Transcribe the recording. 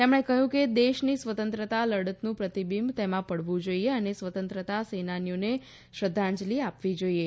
તેમણે કહ્યું કે દેશની સ્વતંત્રતા લડતનું પ્રતિબિંબ તેમાં પડવું જોઈએ અને સ્વતંત્રતા સેનાનીઓને શ્રદ્ધાંજલિ આપવી જોઈએ